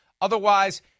Otherwise